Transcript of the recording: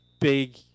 Big